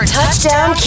Touchdown